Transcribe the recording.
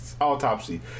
autopsy